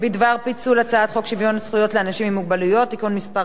בדבר פיצול הצעת חוק שוויון זכויות לאנשים עם מוגבלות (תיקון מס'